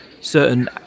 certain